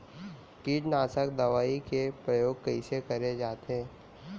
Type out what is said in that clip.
कीटनाशक दवई के प्रयोग कइसे करे जाथे?